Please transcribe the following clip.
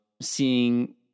seeing